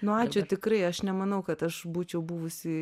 nu ačiū tikrai aš nemanau kad aš būčiau buvusi